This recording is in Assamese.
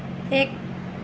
এক